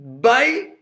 Bye